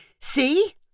See